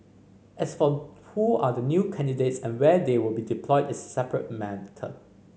as for who are the new candidates and where they will be deployed is separate matter